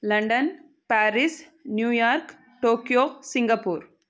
London Paris New York Tokyo Singapore